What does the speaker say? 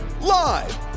Live